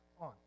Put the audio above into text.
on